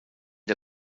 der